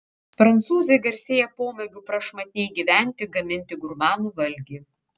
prancūzai garsėja pomėgiu prašmatniai gyventi gaminti gurmanų valgį